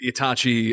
Itachi